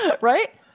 Right